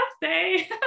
birthday